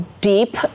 deep